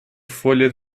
folha